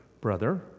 brother